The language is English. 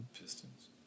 Pistons